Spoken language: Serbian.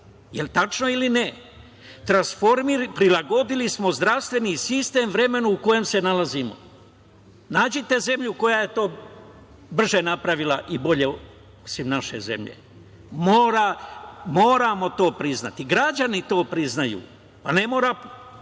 Jel tačno ili ne? Prilagodili smo zdravstveni sistem vremenu u kome se nalazimo. Nađite zemlju koja je to brže napravila i bolje osim naše zemlje. Moramo to priznati. Građani to priznaju, a ne mora